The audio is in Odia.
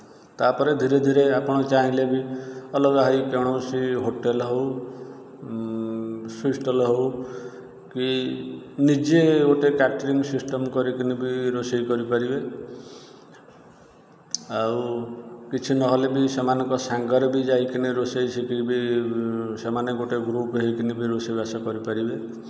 ତାପରେ ଧୀରେ ଧୀରେ ଆପଣ ଚାହିଁଲେ ବି ଅଲଗା ହୋଇ କୌଣସି ହୋଟେଲ୍ ହେଉ ସୁଇଟ୍ ଷ୍ଟଲ୍ ହେଉ କି ନିଜେ ଗୋଟେ କ୍ୟାଟ୍ରିଙ୍ଗ୍ ସିଷ୍ଟମ୍ କରିକିନି ବି ରୋଷେଇ କରିପାରିବେ ଆଉ କିଛି ନହେଲେ ବି ସେମାନଙ୍କ ସାଙ୍ଗରେ ବି ଯାଇକିନି ବି ରୋଷେଇ ଶିଖିକି ବି ସେମାନେ ଗୋଟେ ଗ୍ରୁପ୍ ହେଇକିନି ବି ରୋଷେଇବାସ କରିପାରିବେ